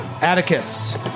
Atticus